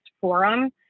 forum